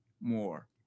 more